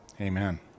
Amen